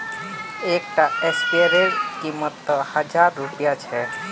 एक टा स्पीयर रे कीमत त हजार रुपया छे